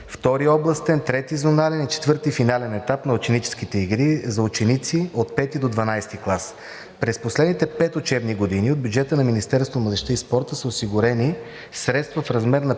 втори областен, трети зонален и четвърти финален етап на ученическите игри за ученици от 5 до 12 клас. През последните 5 учебни години от бюджета на Министерството на младежта и спорта са осигурени средства в размер на